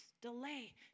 delay